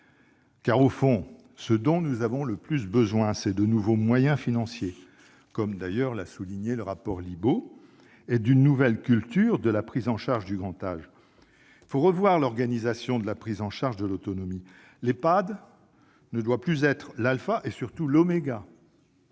faire. Au fond, ce dont nous avons le plus besoin, c'est de nouveaux moyens financiers, comme l'a souligné le rapport Libault, et d'une nouvelle culture de la prise en charge du grand âge. Il faut revoir l'organisation de la prise en charge de l'autonomie. L'Ehpad ne doit plus en être l'alpha et surtout l'oméga,